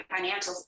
financials